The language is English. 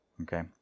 Okay